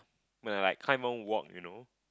when I like can't even walk you know